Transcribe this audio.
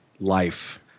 life